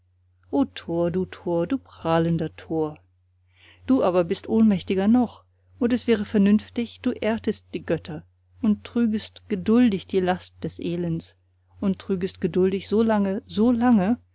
tor du tor du prahlender tor du aber bist ohnmächtiger noch und es wäre vernünftig du ehrtest die götter und trügest geduldig die last des elends und trügest geduldig so lange so lange